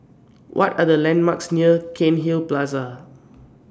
What Are The landmarks near Cairnhill Plaza